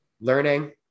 learning